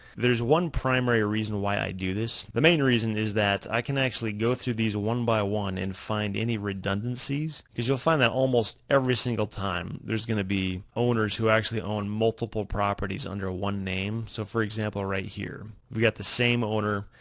there's one primary reason why i do this. the main reason is that i can actually go through these one by one and find any redundancies, cause you'll find that almost every single time, there's gonna be owners who actually own multiple properties under one name, so for example right here, we got the same owner.